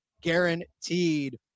guaranteed